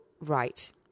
right